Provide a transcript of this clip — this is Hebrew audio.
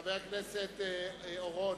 חבר הכנסת אורון,